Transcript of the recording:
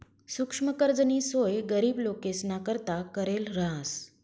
सुक्ष्म कर्जनी सोय गरीब लोकेसना करता करेल रहास